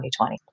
2020